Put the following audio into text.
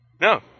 no